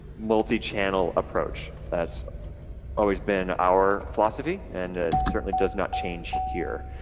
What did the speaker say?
multi-channel approach. that's always been our philosophy and it certainly does not change here.